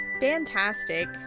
Fantastic